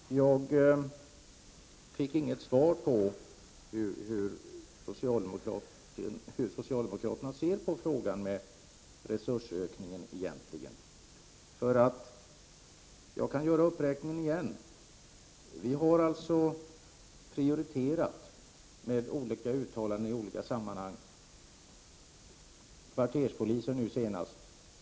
Herr talman! Jag fick inget svar på frågan hur socialdemokraterna egentligen ser på resursökningen. Jag kan göra uppräkningen igen. Vi har alltså med olika uttalanden i olika sammanhang prioriterat, senast gällde det kvarterspolisen.